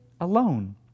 alone